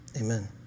amen